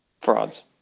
Frauds